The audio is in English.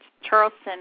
Charleston